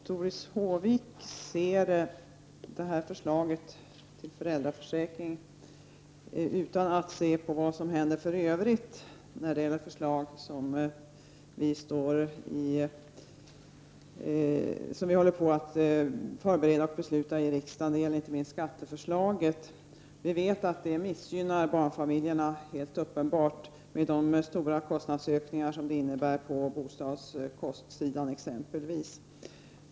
Herr talman! Doris Håvik ser förslaget till föräldraförsäkring utan att se på vad som händer för övrigt när det gäller förslag som vi håller på att förbereda och fatta beslut om i riksdagen. Det gäller inte minst skatteförslaget. Vi vet att det, med de stora kostnadsökningar det innebär på exempelvis boendekostnadssidan, helt uppenbart missgynnar barnfamiljerna.